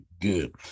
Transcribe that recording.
Good